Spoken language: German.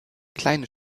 kleine